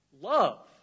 Love